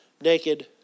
naked